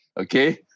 Okay